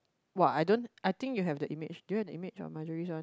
!wah! I don't I think you have the image do you have the image of Majerus one